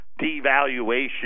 devaluation